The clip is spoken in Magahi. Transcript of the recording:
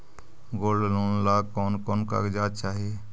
गोल्ड लोन ला कौन कौन कागजात चाही?